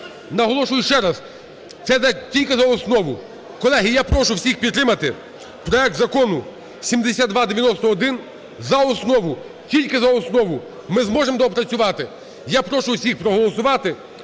Наголошую ще раз, це тільки за основу. Колеги, я прошу всіх підтримати проект Закону 7291 за основу, тільки за основу. Ми зможемо доопрацювати. Я прошу всіх проголосувати